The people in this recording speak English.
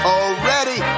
already